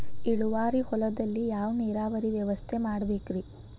ಇಳುವಾರಿ ಹೊಲದಲ್ಲಿ ಯಾವ ನೇರಾವರಿ ವ್ಯವಸ್ಥೆ ಮಾಡಬೇಕ್ ರೇ?